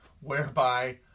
whereby